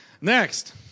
Next